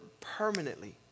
permanently